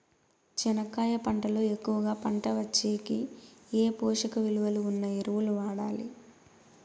చెనక్కాయ పంట లో ఎక్కువగా పంట వచ్చేకి ఏ పోషక విలువలు ఉన్న ఎరువులు వాడాలి?